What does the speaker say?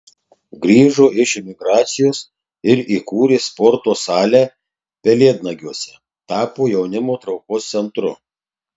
grįžo iš emigracijos ir įkūrė sporto salę pelėdnagiuose tapo jaunimo traukos centru